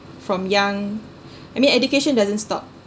from young I mean education doesn't stop